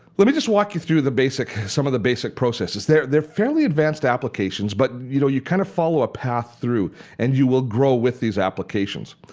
let me just walk you through the basic, some of the basic processes. they're they're fairly advanced applications but you know you kind of follow a path through and you will grow with these applications.